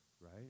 right